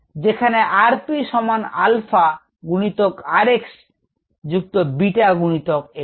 যেখানে 𝑟𝑝 সমান আলফা গুনিতক 𝑟𝑥 যুক্ত বিটা গুনিতক 𝑥